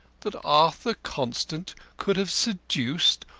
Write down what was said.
that arthur constant could have seduced,